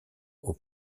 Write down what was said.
aux